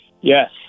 Yes